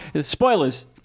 spoilers